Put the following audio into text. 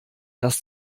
dass